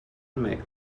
mais